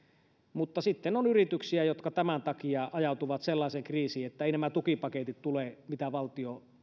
mutta sitten on yrityksiä jotka tämän takia ajautuvat sellaiseen kriisiin että nämä tukipaketit mitä valtio